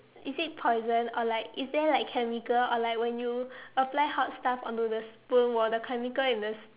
is it poison or like is there like chemical or like when you apply hot stuff onto the spoon will the chemical in the